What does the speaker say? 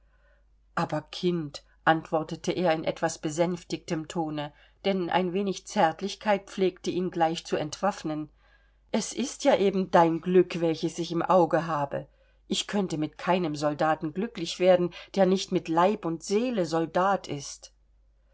aber kind antwortete er in etwas besänftigtem tone denn ein wenig zärtlichkeit pflegte ihn gleich zu entwaffnen es ist ja eben dein glück welches ich im auge habe ich könnte mit keinem soldaten glücklich werden der nicht mit leib und seele soldat ist